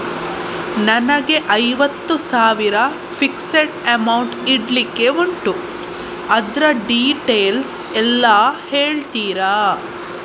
ನನಗೆ ಐವತ್ತು ಸಾವಿರ ಫಿಕ್ಸೆಡ್ ಅಮೌಂಟ್ ಇಡ್ಲಿಕ್ಕೆ ಉಂಟು ಅದ್ರ ಡೀಟೇಲ್ಸ್ ಎಲ್ಲಾ ಹೇಳ್ತೀರಾ?